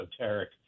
esoteric